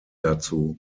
dazu